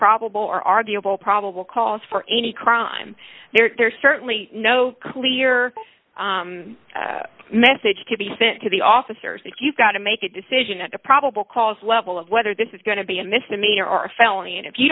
probable or arguable probable cause for any crime there's certainly no clear message to be sent to the officers and you've got to make a decision at a probable cause level of whether this is going to be a misdemeanor or felony and if you